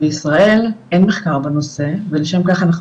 בישראל אין מחקר בנושא ולשם כך אנחנו